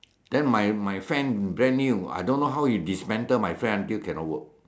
then my my friend brand new I don't know how he go dismantle my friend until cannot work